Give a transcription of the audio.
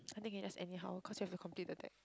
I think can just anyhow cause you have to complete the deck